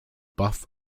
buff